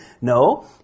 no